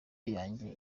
yanjye